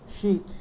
sheet